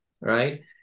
right